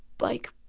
like,